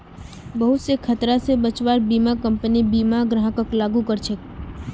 बहुत स खतरा स बचव्वार बीमा कम्पनी बीमा ग्राहकक लागू कर छेक